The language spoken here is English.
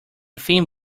thin